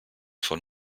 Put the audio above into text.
von